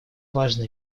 важно